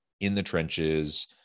in-the-trenches